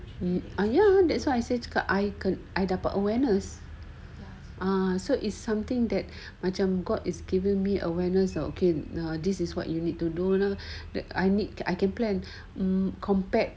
ah ya that's why I said because I cakap I dapat awareness ah so it's something that macam god is given me awareness oh okay this is what you need to do lah that I need I can plan compared